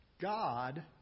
God